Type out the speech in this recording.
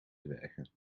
dwergen